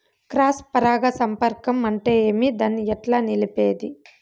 Cross పరాగ సంపర్కం అంటే ఏమి? దాన్ని ఎట్లా నిలిపేది?